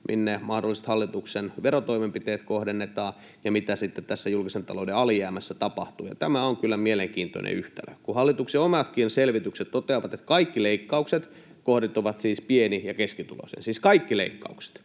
minne mahdolliset hallituksen verotoimenpiteet kohdennetaan ja mitä sitten tässä julkisen talouden alijäämässä tapahtuu. Tämä on kyllä mielenkiintoinen yhtälö, kun hallituksen omatkin selvitykset toteavat, että kaikki leik-kaukset kohdentuvat siis pieni- ja keskituloisiin, siis kaikki leikkaukset